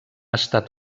estat